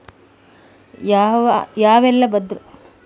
ಯಾವೆಲ್ಲ ಭದ್ರತೆಗಳನ್ನು ನಾನು ಸಾಲ ಪಡೆಯುವಾಗ ನೀಡಬೇಕು?